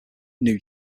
new